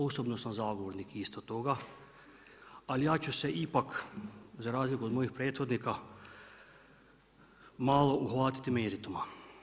Osobno sam zagovornik isto toga ali ja ću se ipak za razliku od mojih prethodnika malo uhvatiti merituma.